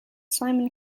simon